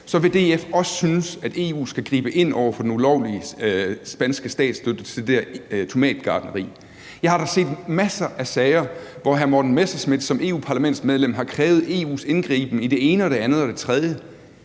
vil DF også synes, at EU skal gribe ind over for den ulovlige spanske statsstøtte til det her tomatgartneri. Jeg har da set masser af sager, hvor hr. Morten Messerschmidt som europaparlamentsmedlem har krævet EU's indgriben i det ene og det andet og det tredje,